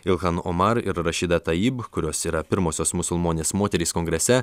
ilhan omar ir rašida taib kurios yra pirmosios musulmonės moterys kongrese